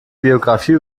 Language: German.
biografie